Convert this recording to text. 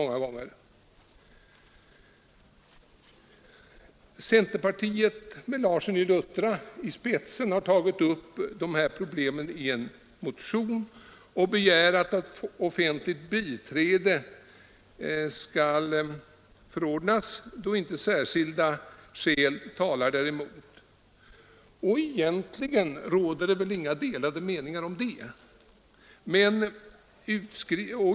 Några centerpartister med Larsson i Luttra i spetsen har tagit upp de här problemen i en motion, där de begär att offentligt biträde skall förordnas då inte särskilda skäl talar däremot. Egentligen råder väl inga delade meningar om detta.